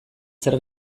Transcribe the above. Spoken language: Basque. zer